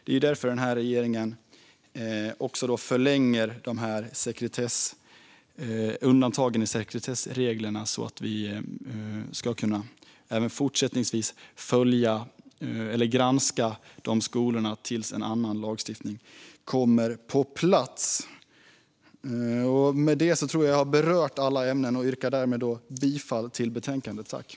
Det är därför regeringen förlänger undantagen i sekretessreglerna så att vi även fortsättningsvis ska kunna granska dessa skolor tills en annan lagstiftning kommer på plats. Därmed tror jag att jag har berört alla ämnen. Jag yrkar bifall till utskottets förslag.